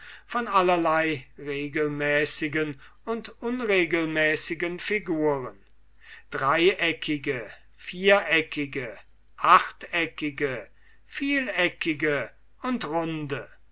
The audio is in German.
von allerlei regelmäßigen und unregelmäßigen figuren dreieckige viereckige achteckige vieleckige und runde